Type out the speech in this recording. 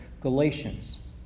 Galatians